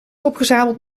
opgezadeld